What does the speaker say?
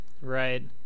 Right